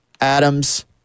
Adams